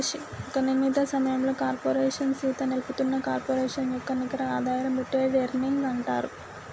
ఒక నిర్ణీత సమయంలో కార్పోరేషన్ సీత నిలుపుతున్న కార్పొరేషన్ యొక్క నికర ఆదాయం రిటైర్డ్ ఎర్నింగ్స్ అంటారు